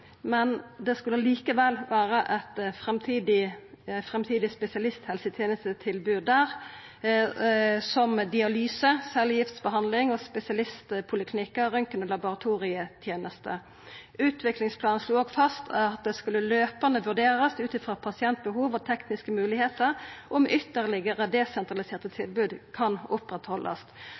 men det skulle likevel vera eit framtidig spesialisthelsetenestetilbod der, som dialyse, cellegiftbehandling, spesialistpoliklinikkar og røntgen- og laboratorieteneste. Utviklingsplanen slo òg fast at det skulle «løpende vurderes ut fra pasientbehov og tekniske muligheter om ytterligere desentraliserte tilbud kan